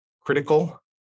critical